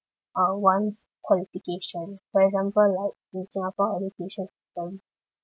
uh one's qualification for example like in singapore education from